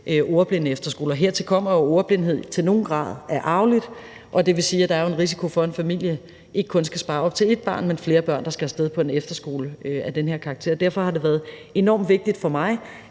ordblindeefterskole. Hertil kommer jo, at ordblindhed i nogen grad er arveligt, og det vil sige, at der er en risiko for, at en familie ikke kun skal spare op til ét barn, men flere børn, der skal af sted på en efterskole af den her karakter. Derfor har det været enormt vigtigt for mig,